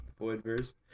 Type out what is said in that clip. Voidverse